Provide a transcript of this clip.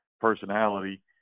personality